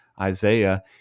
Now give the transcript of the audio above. Isaiah